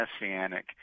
messianic